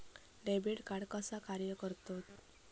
Debit card कसा कार्य करता?